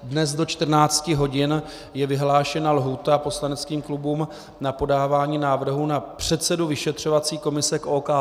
Dnes do 14 hodin je vyhlášena lhůta poslaneckým klubům na podávání návrhů na předsedu vyšetřovací komise k OKD.